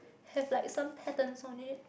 have like some patterns on it